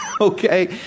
okay